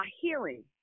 hearing